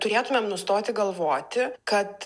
turėtumėm nustoti galvoti kad